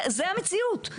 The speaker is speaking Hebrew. זה המציאות.